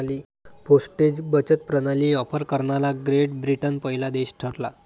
postage बचत प्रणाली offer करणारा ग्रेट ब्रिटन पहिला देश ठरला